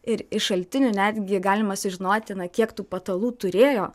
ir iš šaltinių netgi galima sužinoti na kiek tų patalų turėjo